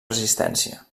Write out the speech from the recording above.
resistència